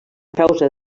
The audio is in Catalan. causa